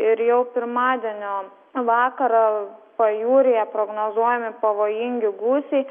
ir jau pirmadienio vakarą pajūryje prognozuojami pavojingi gūsiai